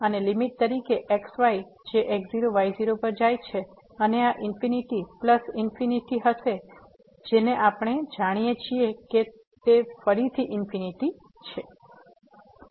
અને લીમીટ તરીકેx y જે x0 y0 પર જાય છે અને આ ઇન્ફીનીટી પ્લસ ઇન્ફીનીટી હશે જેને આપણે જાણીએ છીએ કે તે ફરીથી ઇન્ફીનીટી છે